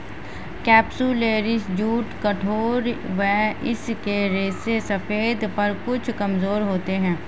capsularis jute कठोर व इसके रेशे सफेद पर कुछ कमजोर होते हैं